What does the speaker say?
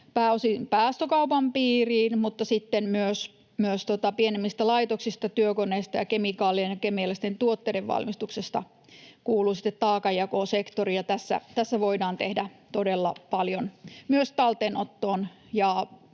päästökaupan piiriin, mutta sitten pienemmät laitokset, työkoneet ja kemikaalien ja kemiallisten tuotteiden valmistus kuuluu taakanjakosektorille. Tässä voidaan tehdä toimia todella paljon myös talteenottoon